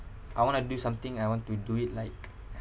I want to do something I want to do it like